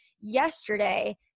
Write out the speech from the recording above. yesterday